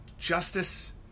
justice